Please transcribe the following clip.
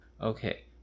okay